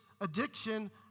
addiction